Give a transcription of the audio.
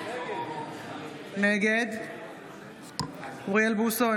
נגד אוריאל בוסו,